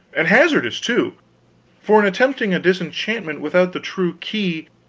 and hazardous, too for in attempting a disenchantment without the true key,